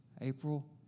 April